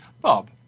bob